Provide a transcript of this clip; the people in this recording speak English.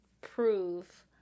prove